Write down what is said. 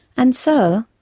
and so,